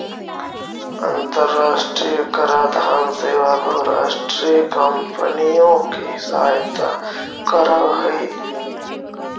अन्तराष्ट्रिय कराधान सेवा बहुराष्ट्रीय कॉम्पनियों की सहायता करअ हई